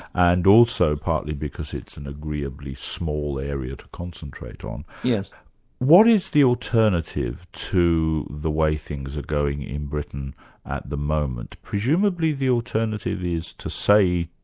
and also partly because it's an agreeably small area to concentrate on. yeah what is the alternative to the way things are going in britain at the moment? presumably the alternative is to say,